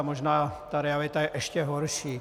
Možná realita je ještě horší.